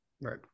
Right